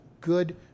good